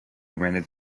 rented